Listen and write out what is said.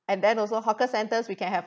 and then also hawker centres we can have